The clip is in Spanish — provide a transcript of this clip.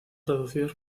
reducidos